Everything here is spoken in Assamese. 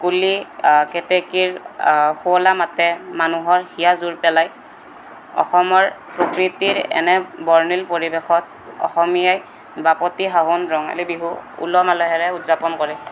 কুলি কেতেকীৰ শুৱলা মাতে মানুহৰ হিয়া জুৰ পেলায় অসমৰ প্ৰকৃতিৰ এনে বৰ্ণিল পৰিৱেশত অসমীয়াই বাপতি সাহোন ৰঙালী বিহু উলহ মালহেৰে উদযাপন কৰে